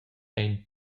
ein